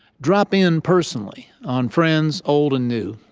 drop in personally on friends, old and new.